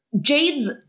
Jade's